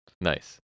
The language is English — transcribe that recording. Nice